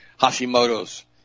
Hashimoto's